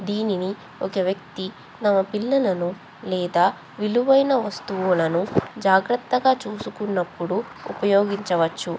దీనిని ఒక వ్యక్తి తమ పిల్లలను లేదా విలువైన వస్తువులను జాగ్రత్తగా చూసుకున్నప్పుడు ఉపయోగించవచ్చు